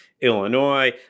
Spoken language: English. Illinois